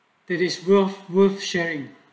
it is growth worth sharing